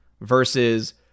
versus